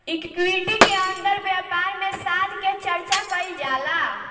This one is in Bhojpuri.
इक्विटी के अंदर व्यापार में साथ के चर्चा कईल जाला